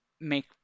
make